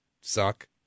suck